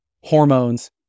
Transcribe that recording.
hormones